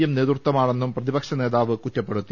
M നേതൃത്വമാണെന്നും പ്രതിപക്ഷനേതാവ് കുറ്റപ്പെടുത്തി